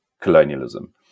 colonialism